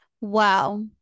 Wow